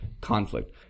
conflict